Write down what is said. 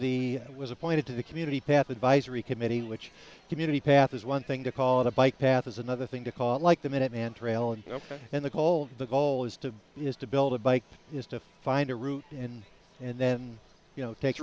the was appointed to the community path advisory committee which community path is one thing to call it a bike path is another thing to call it like the minuteman trail and in the cold the goal is to is to build a bike is to find a route in and then you know take